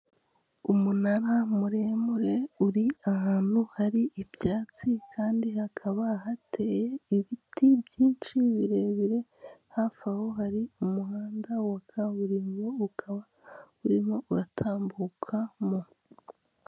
Umunara muremure uri ahantu hari ibyatsi kandi hakaba hateye ibiti byinshi birebire hafi aho hari umuhanda wa kaburimbo ukaba urimo uratambuka mo.